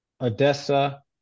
Odessa